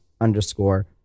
underscore